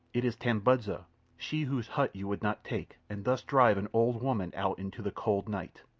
it is tambudza she whose hut you would not take, and thus drive an old woman out into the cold night.